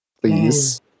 please